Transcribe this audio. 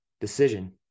decision